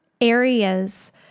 areas